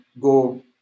go